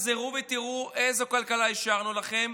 תחזרו ותראו איזו כלכלה השארנו לכם,